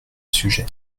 sujet